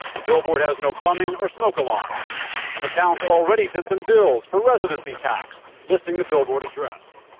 the billboard has no plumbing or smoke alarms and the town's already sent them bills for residency tax, listing the billboard address.